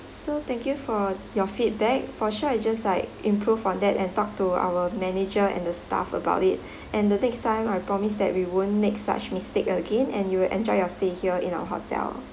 so thank you for your feedback for sure I just like improve on that and talk to our manager and the staff about it and the next time I promise that we won't make such mistake again and you will enjoy your stay here in our hotel